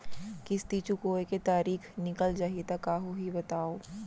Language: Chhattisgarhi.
किस्ती चुकोय के तारीक निकल जाही त का होही बताव?